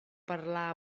parlar